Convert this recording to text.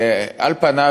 על פניו,